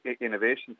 innovation